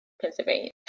Pennsylvania